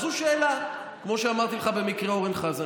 זו שאלה, כמו שאמרתי לך במקרה של אורן חזן.